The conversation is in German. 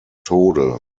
tode